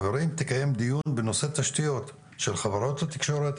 תקיים דיון בנושא תשתיות של חברות התקשורת,